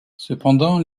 cependant